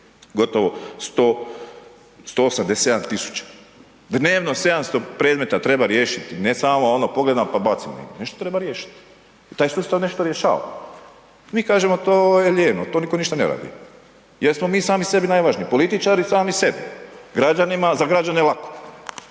gotovo 187.000, dnevno 700 predmeta treba riješiti, ne samo ono pogledam pa bacim, nešto treba riješiti. Taj sustav nešto rješava. Mi kažemo to je lijeno, tu niko ništa ne radi jer smo mi sami sebi najvažniji, političari sami sebi, za građane lako.